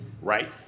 right